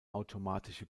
automatische